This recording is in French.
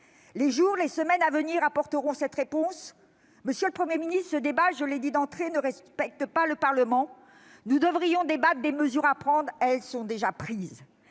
Les jours et les semaines à venir apporteront cette réponse. Monsieur le Premier ministre, ce débat- je l'ai dit d'emblée -ne respecte pas le Parlement. Nous devrions débattre des mesures à prendre, mais elles sont déjà prises.